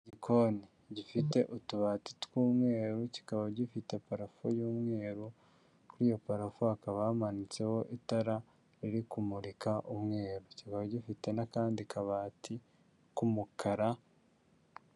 Igikoni gifite utubati tw'umweru kikaba gifite parafu y'umweru kuri iyo parafu hakaba hamanitseho itara riri kumurika umweru kikaba gifite n'akandi kabati k'umukara.